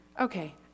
Okay